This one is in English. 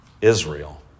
Israel